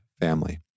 Family